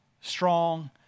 strong